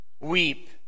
weep